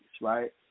right